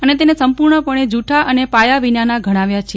અને તેને સંપૂર્ણપણે જૂઠા અને પાયાવિનાના ગણાવ્યા છે